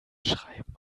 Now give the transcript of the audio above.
schreiben